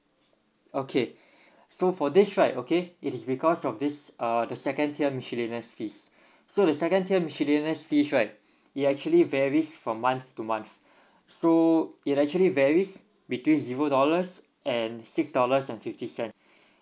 okay so for this right okay it is because of this uh the second tier miscellaneous fees so the second tier miscellaneous fees right it actually varies from month to month so it actually varies between zero dollars and six dollars and fifty cents